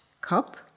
cup